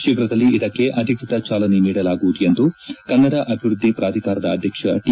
ಶೀಘದಲ್ಲೇ ಇದಕ್ಕೆ ಅಧಿಕೃತ ಚಾಲನೆ ನೀಡಲಾಗುವುದು ಎಂದು ಕನ್ನಡ ಅಭಿವೃದ್ಧಿ ಪ್ರಾಧಿಕಾರದ ಅಧ್ಯಕ್ಷ ಟಿ